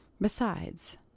Besides